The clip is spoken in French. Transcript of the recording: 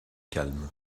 calme